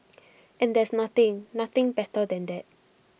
and there's nothing nothing better than that